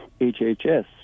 HHS